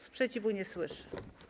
Sprzeciwu nie słyszę.